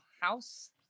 house